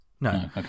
No